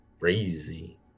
Crazy